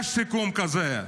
יש סיכום כזה,